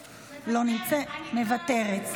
מוותרת,